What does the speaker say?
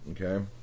okay